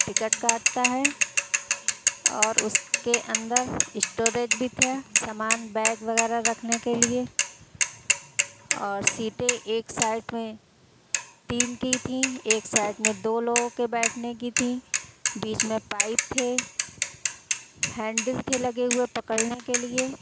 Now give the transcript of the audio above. ticket کاٹتا ہے اور اس کے اندر اسٹوریج بھی تھا سامان بیگ وغیرہ رکھنے کے لیے اور سیٹیں ایک سائڈ میں تین کی تھیں ایک سائڈ میں دو لوگوں کے بیٹھنے کی تھی بیچ میں پائپ تھے ہینڈل تھے لگے ہوئے پکڑنے کے لیے